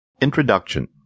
INTRODUCTION